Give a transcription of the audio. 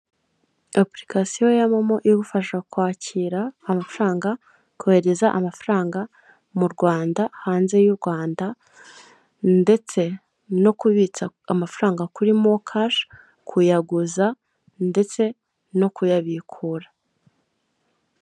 Apurikasiyo ya momo igufasha kwakira amafaranga, kohereza amafaranga mu Rwanda, hanze y'u Rwanda ndetse no kubitsa amafaranga kuri mo kashi, kuyaguza ndetse no kuyabikura.